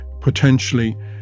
potentially